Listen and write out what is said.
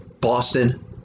Boston